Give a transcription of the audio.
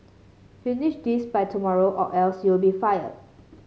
finish this by tomorrow or else you'll be fired